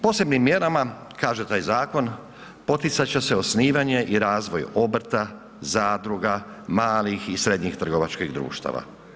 Posebnim mjerama, kaže taj zakon poticati će se osnivanje i razvoj obrta, zadruga, malih i srednjih trgovačkih društava.